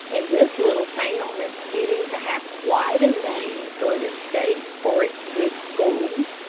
and this little town is getting to have quite a name through the state for its good schools,